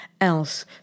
else